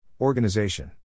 Organization